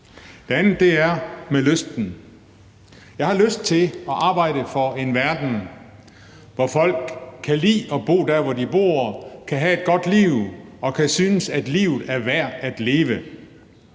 Det andet er spørgsmålet om lysten. Jeg har lyst til at arbejde for en verden, hvor folk kan lide at bo der, hvor de bor, og kan have et godt liv og kan synes, at livet er værd at leve.